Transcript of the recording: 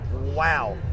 wow